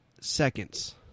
seconds